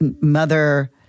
mother